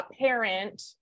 parent